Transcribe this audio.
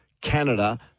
Canada